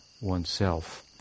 oneself